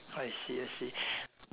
I see I see